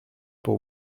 pour